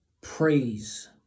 praise